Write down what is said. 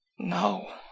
No